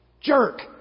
jerk